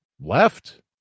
left